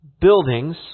buildings